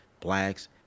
blacks